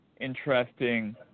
interesting